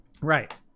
Right